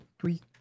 Three